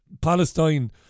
Palestine